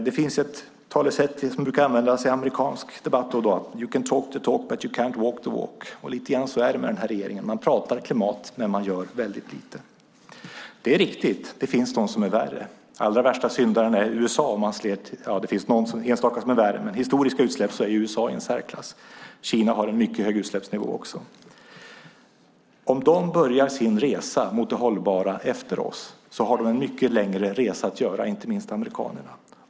Det finns ett talesätt som brukar användas i amerikansk debatt: You can talk the talk but you cannot walk the walk. Så är det med den här regeringen, man pratar klimat men man gör väldigt lite. Visst finns det de som är värre. En av de allra värsta syndarna är USA, även om det finns någon som är värre. Historiskt är USA i särklass. Kina har också en mycket hög utsläppsnivå. Om de börjar sin resa mot det hållbara efter oss har de en mycket längre resa att göra. Det gäller inte minst amerikanerna.